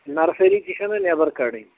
nursery تہِ چھَناہ نٮ۪بر کَڈٕنۍ